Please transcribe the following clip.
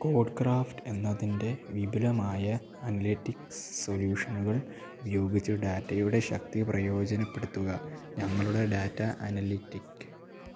Codecraft എന്നതിൻ്റെ വിപുലമായ analytics സൊല്യൂഷനുകൾ ഉപയോഗിച്ചു ഡാറ്റയുടെ ശക്തി പ്രയോജനപ്പെടുത്തുക ഞങ്ങളുടെ ഡാറ്റ അനലിറ്റിക്